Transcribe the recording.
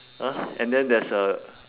!huh! and then there's a